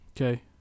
Okay